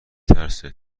ترسه